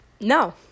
No